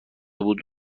بود